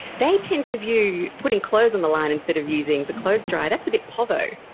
they tend to view putting clothes on the line instead of using the clothes dryer, that's a bit povo.